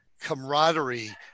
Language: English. camaraderie